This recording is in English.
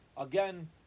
Again